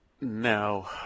No